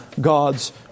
God's